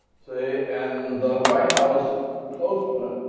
so and the white house close